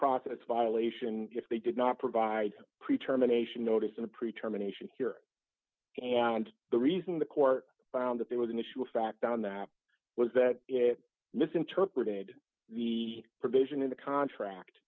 process violation if they did not provide pre term a nation notice in a pre term nation here and the reason the court found that there was an issue of fact on that was that it misinterpreted the provision in the contract